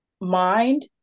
mind